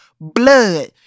blood